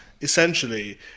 essentially